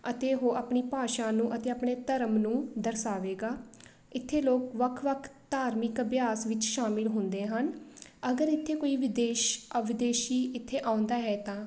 ਅਤੇ ਉਹ ਆਪਣੀ ਭਾਸ਼ਾ ਨੂੰ ਅਤੇ ਆਪਣੇ ਧਰਮ ਨੂੰ ਦਰਸਾਵੇਗਾ ਇੱਥੇ ਲੋਕ ਵੱਖ ਵੱਖ ਧਾਰਮਿਕ ਅਭਿਆਸ ਵਿੱਚ ਸ਼ਾਮਿਲ ਹੁੰਦੇ ਹਨ ਅਗਰ ਇੱਥੇ ਕੋਈ ਵਿਦੇਸ਼ ਅ ਵਿਦੇਸ਼ੀ ਇੱਥੇ ਆਉਂਦਾ ਹੈ ਤਾਂ